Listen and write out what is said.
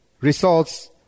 results